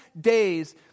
days